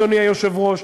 אדוני היושב-ראש,